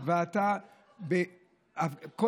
ואתה, לסיכום, בבקשה.